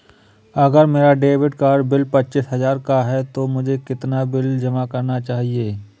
अगर मेरा credit card bill पच्चीस हजार का है तो मुझे कितना बिल जमा करना चाहिए?